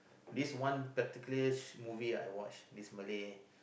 list one particular movie I watch is Malay